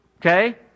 okay